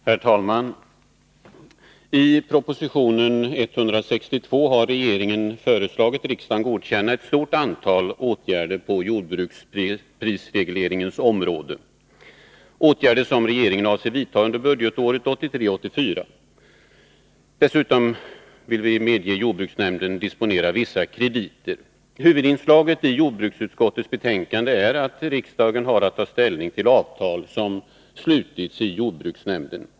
Herr talman! I propositionen 162 har regeringen föreslagit riksdagen godkänna ett stort antal åtgärder på jordbruksprisregleringens område som regeringen avser att vidta under budgetåret 1983/84 samt att medge jordbruksnämnden disponera vissa krediter. Huvudinslaget i jordbruksutskottets betänkande är att riksdagen har att ta ställning till avtal som slutits i jordbruksnämnden.